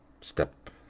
step